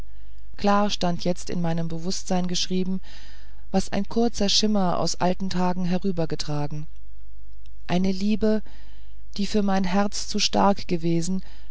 klar stand jetzt in meinem bewußtsein geschrieben was ein kurzer schimmer aus alten tagen herübergetragen eine liebe die für mein herz zu stark gewesen